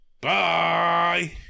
bye